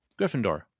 Gryffindor